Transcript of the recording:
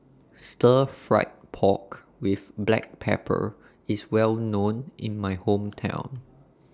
Stir Fried Pork with Black Pepper IS Well known in My Hometown